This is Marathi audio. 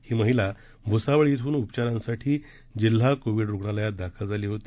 ही महिला भुसावळ इथून उपचारांसाठी जिल्हा कोविड रुणालयात दाखल झाली होती